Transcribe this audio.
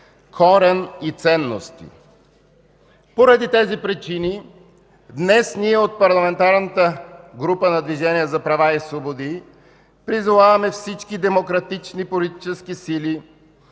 корен и ценности. Поради тези причини днес ние от Парламентарната група на Движението за права и свободи призоваваме всички демократични политически сили,